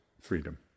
freedom